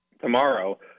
tomorrow